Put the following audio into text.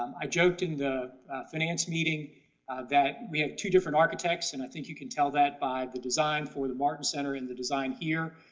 um i joked in the finance meeting that we have two different architects and i think you can tell that by the design for the barton center and the design here.